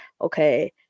okay